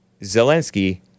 Zelensky